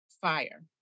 fire